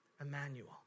Emmanuel